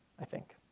i think.